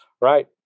right